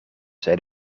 zei